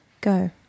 Go